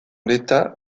l’état